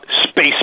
space